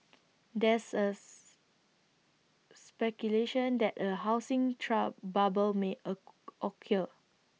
there's A speculation that A housing bubble may occur